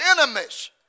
enemies